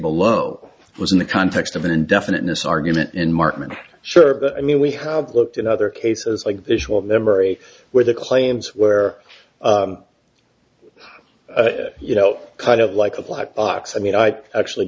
below was in the context of an indefinite mis argument in martin sure but i mean we have looked at other cases like visual memory where the claims where you know kind of like a black box i mean i actually